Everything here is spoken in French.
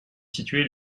situées